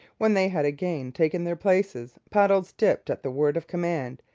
when they had again taken their places, paddles dipped at the word of command,